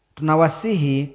Tunawasihi